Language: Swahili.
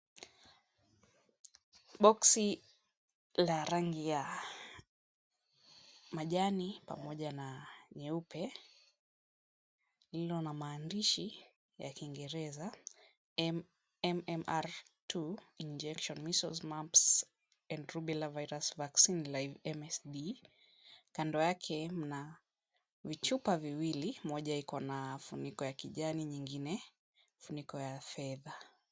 Boksi la rangi ya majani, pamoja na nyeupe, lililo na maandishi ya kiingereza, MMR2 Injections, Measles, Mumps and Rubella virus Vaccine, live MSD. Kando yake mna vichupa viwili, moja iko na funiko ya kijani, nyingine funiko ya fedha.